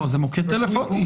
זה מוקד טלפוני.